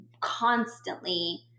constantly